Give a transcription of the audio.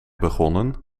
begonnen